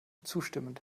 zustimmend